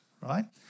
right